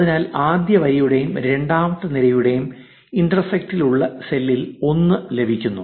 അതിനാൽ ആദ്യ വരിയുടെയും രണ്ടാമത്തെ നിരയുടെയും ഇന്റർസെക്റ്റ് ലുള്ള സെല്ലിൽ 1 ലഭിക്കുന്നു